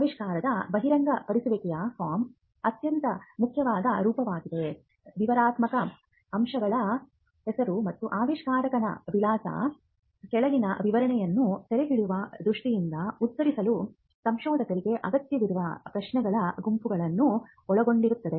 ಆವಿಷ್ಕಾರದ ಬಹಿರಂಗಪಡಿಸುವಿಕೆಯ ಫಾರ್ಮ್ ಅತ್ಯಂತ ಮುಖ್ಯವಾದ ರೂಪವಾಗಿದೆ ವಿವರಣಾತ್ಮಕ ಅಂಶಗಳ ಹೆಸರು ಮತ್ತು ಆವಿಷ್ಕಾರಕನ ವಿಳಾಸದ ಕೆಳಗಿನ ವಿವರಣೆಯನ್ನು ಸೆರೆಹಿಡಿಯುವ ದೃಷ್ಟಿಯಿಂದ ಉತ್ತರಿಸಲು ಸಂಶೋಧಕರಿಗೆ ಅಗತ್ಯವಿರುವ ಪ್ರಶ್ನೆಗಳ ಗುಂಪನ್ನು ಒಳಗೊಂಡಿದೆ